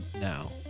now